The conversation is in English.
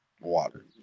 water